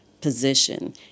position